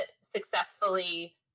successfully